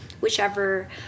whichever